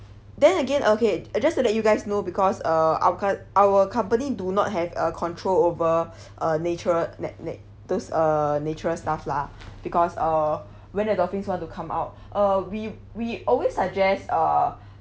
then again okay uh just to let you guys know because uh our com~ our company do not have a control over uh nature na~ na~ those uh natural stuff lah because uh when at dolphins want to come out uh we we always suggest uh